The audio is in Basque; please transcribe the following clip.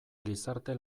gizarte